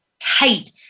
tight